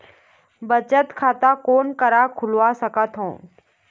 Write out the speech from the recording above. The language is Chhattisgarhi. बचत खाता कोन करा खुलवा सकथौं?